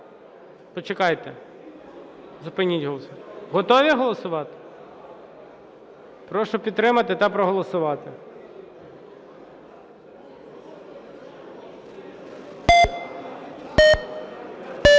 Почекайте, зупиніть голосування. Готові голосувати? Прошу підтримати та проголосувати.